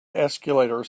escalator